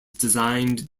designed